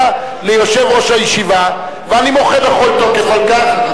ליושב-ראש הישיבה ואני מוחה בכל תוקף על כך,